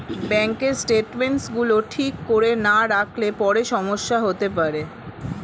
ব্যাঙ্কের স্টেটমেন্টস গুলো ঠিক করে না রাখলে পরে সমস্যা হতে পারে